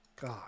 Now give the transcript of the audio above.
God